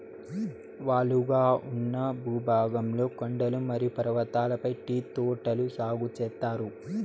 వాలుగా ఉన్న భూభాగంలో కొండలు మరియు పర్వతాలపై టీ తోటలు సాగు చేత్తారు